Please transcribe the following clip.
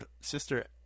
sister